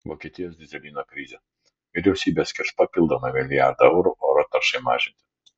vokietijos dyzelino krizė vyriausybė skirs papildomą milijardą eurų oro taršai mažinti